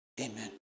Amen